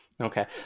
Okay